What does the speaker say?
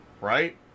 Right